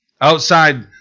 Outside